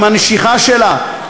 עם הנשיכה שלה,